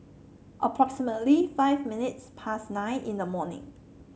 approximately five minutes past nine in the morning